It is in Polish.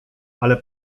ale